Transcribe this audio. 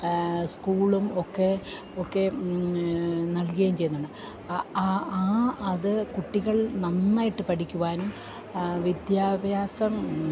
സ്കൂളും ഒക്കെ നൽകുകയും ചെയ്യുന്നുണ്ട് ആ അത് കുട്ടികൾ നന്നായിട്ടു പഠിക്കുവാനും വിദ്യാഭ്യാസം